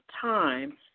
time